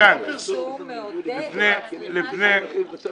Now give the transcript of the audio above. הפרסום מעודד את הצריכה של זה.